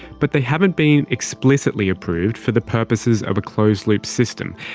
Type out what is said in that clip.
but they haven't been explicitly approved for the purposes of a closed-loop system,